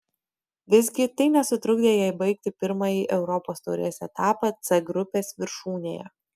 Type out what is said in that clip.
visgi tai nesutrukdė jai baigti pirmąjį europos taurės etapą c grupės viršūnėje